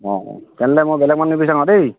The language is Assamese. অঁ অঁ তেন্তে মই বেলেগ মই বেলেগ মানুহ নিবিচাৰো আৰু দেই